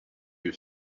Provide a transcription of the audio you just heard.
you